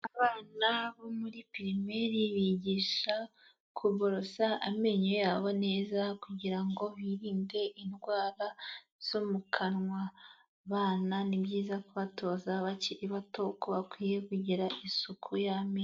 Abana bo muri pirimeri bigishwa kuborosa amenyo yabo neza kugira ngo birinde indwara zo mu kanwa, abana ni byiza kubatoza bakiri bato uko bakwiye kugira isuku y'amenyo.